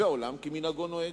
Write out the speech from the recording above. ועולם כמנהגו נוהג.